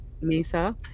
Mesa